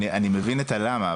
אני מבין למה,